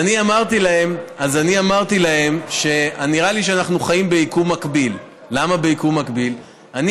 תגיד, ממתי אתה משתף פעולה עם התקשורת?